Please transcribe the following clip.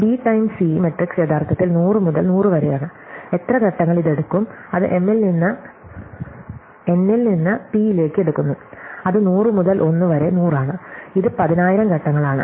B times C matrix യഥാർത്ഥത്തിൽ 100 മുതൽ 100 വരെയാണ് എത്ര ഘട്ടങ്ങൾ ഇത് എടുക്കും അത് m ൽ നിന്ന്n ൽ നിന്ന് p ലേക്ക് എടുക്കുന്നു അത് 100 മുതൽ 1 വരെ 100 ആണ് ഇത് 10000 ഘട്ടങ്ങളാണ്